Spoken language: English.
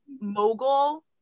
mogul